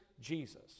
Jesus